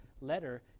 letter